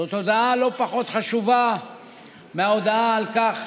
זו הודעה לא פחות חשובה מההודעה על כך